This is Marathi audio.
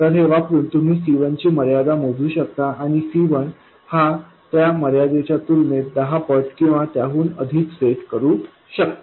तर हे वापरून तुम्ही C1 ची मर्यादा मोजू शकता आणि C1 हा त्या मर्यादेच्या तुलनेत दहा पट किंवा त्याहून अधिक सेट करू शकता